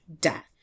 death